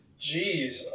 Jeez